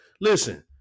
listen